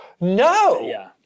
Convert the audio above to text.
No